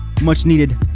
much-needed